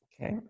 okay